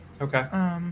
Okay